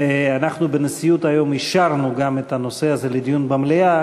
אנחנו בנשיאות היום אישרנו גם את הנושא הזה לדיון במליאה,